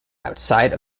outside